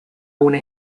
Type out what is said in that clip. una